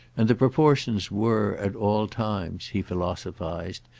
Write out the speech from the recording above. and the proportions were at all times, he philosophised,